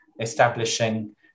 establishing